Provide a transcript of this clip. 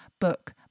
book